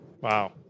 Wow